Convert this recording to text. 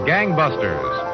Gangbusters